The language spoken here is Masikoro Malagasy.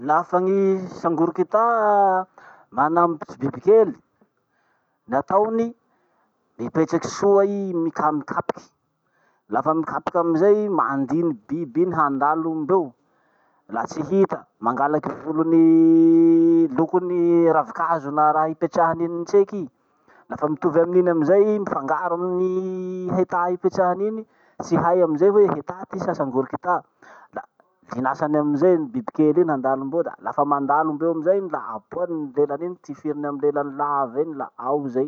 Lafa gny sangorikita manambotsy bibikely, ny ataony, mipetraky soa i mikam- mikapoky. Lafa mikapoky amizay i mandiny biby iny handalo ombeo, la tsy hita, mangalaky volon'ny- lokon'ny ravikazo na raha ipetrahany iny tseky i. Lafa mitovy amin'iny amizay i, mifangaro amin'ny hatà ipetrahany iny, tsy hay amizay hoe hità ty sa sangorokità. La linasany amizay ny bibikely iny handalo mbeo da lafa mandalo mbeo amizay i la aboany lelany iny, tifiriny amy lelany lava iny la ao zay.